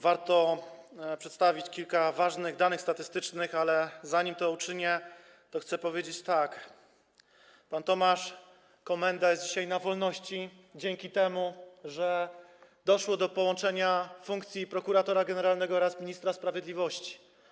Warto przedstawić kilka ważnych danych statystycznych, ale zanim to uczynię, chcę powiedzieć tak: pan Tomasz Komenda jest dzisiaj na wolności dzięki temu, że doszło do połączenia funkcji prokuratora generalnego oraz ministra sprawiedliwości.